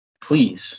please